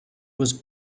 was